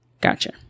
gotcha